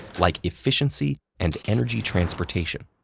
like efficiency and energy transportation.